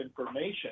information